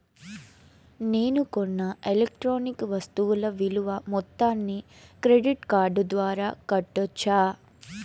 నేను కొన్న ఎలక్ట్రానిక్ వస్తువుల విలువ మొత్తాన్ని క్రెడిట్ కార్డు ద్వారా కట్టొచ్చా?